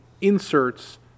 inserts